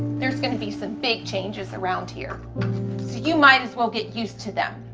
there's gonna be some big changes around here, so you might as well get used to them.